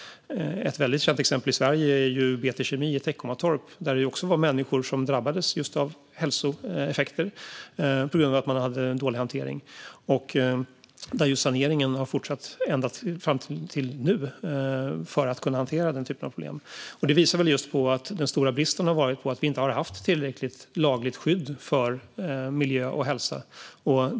Ett väldigt känt exempel i Sverige är BT Kemi i Teckomatorp, där det också var människor som drabbades av hälsoeffekter på grund av att man hade dålig hantering. Där har saneringen fortsatt ända fram till nu för att hantera den typen av problem. Det här visar väl på att den stora bristen har varit att vi inte haft tillräckligt lagligt skydd för miljö och hälsa.